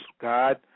God